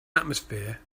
atmosphere